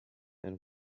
and